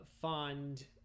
fond